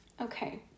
Okay